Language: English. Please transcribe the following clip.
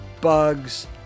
bugs